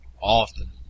often